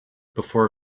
before